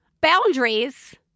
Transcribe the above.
boundaries